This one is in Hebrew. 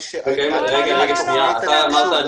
אני רק אמרתי --- לא שאתה שטחי.